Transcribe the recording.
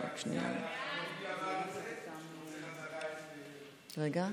חוק לתיקון והארכת תוקפן של תקנות